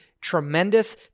tremendous